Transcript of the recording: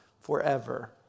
forever